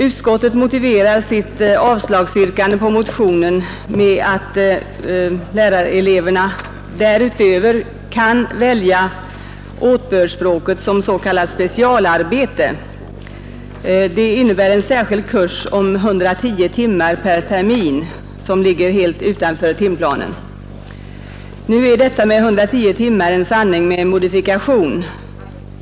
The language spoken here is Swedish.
Utskottet har yrkat avslag på motionen och motiverar detta med att lärareleverna utöver timplanen kan välja åtbördsspråket som s.k. specialarbete. Det innebär en särskild kurs om 110 timmar per termin som ligger helt utanför timplanen. Nu är detta emellertid en sanning med modifikation.